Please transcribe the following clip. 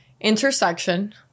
intersection